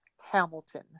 Hamilton